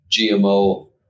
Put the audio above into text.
GMO